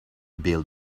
beeld